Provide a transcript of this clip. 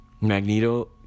Magneto